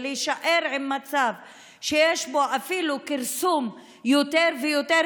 ונישאר עם מצב שיש בו אפילו כרסום יותר ויותר